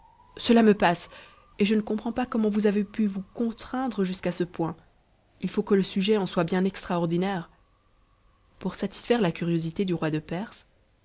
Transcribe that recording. cela me passe et je ne comprends pas comment vous avez pu vous contraindre jusqu'à ce point il faut que le sujet en soit bien extraordinaire pour satisfaire la curiosité du roi de perse